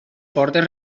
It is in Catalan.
portes